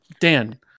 Dan